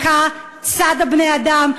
מכה, צדה בני-אדם.